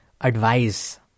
advice